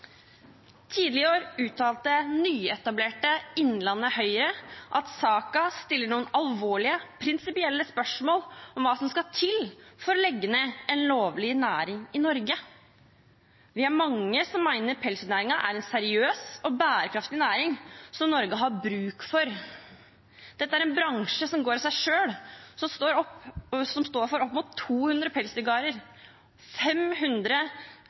i år uttalte nyetablerte Innlandet Høyre at «saken stiller noen alvorlige prinsipielle spørsmål om hva som skal til for å legge ned en lovlig næring i Norge». Vi er mange som mener «pelsdyrnæringen er en seriøs og bærekraftig næring, som Norge har bruk for». Dette er en bransje som går av seg selv, som står for opp mot 200 pelsdyrgårder, 500